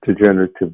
degenerative